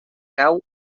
cau